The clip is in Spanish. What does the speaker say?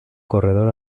corredor